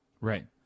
Right